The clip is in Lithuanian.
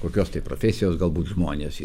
kokios tai profesijos galbūt žmonės